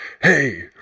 Hey